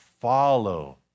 follow